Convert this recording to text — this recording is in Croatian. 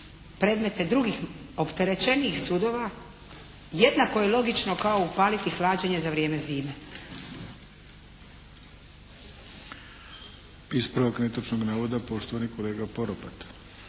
predmete drugih opterećenijih sudova jednako je logično kao upaliti hlađenje za vrijeme zime. **Arlović, Mato (SDP)** Ispravak netočnog navoda, poštovani kolega Poropat.